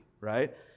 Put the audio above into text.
right